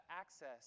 access